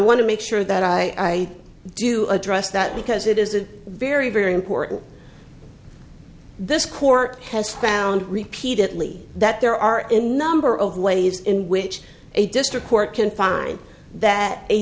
to make sure that i do address that because it is a very very important this court has found repeatedly that there are any number of ways in which a district court can find that a